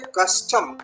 custom